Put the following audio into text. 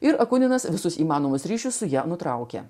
ir kunigas visus įmanomus ryšius ją nutraukė